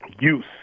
use